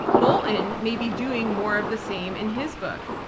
bolton may be doing more of the same in his book,